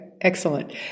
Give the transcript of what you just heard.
Excellent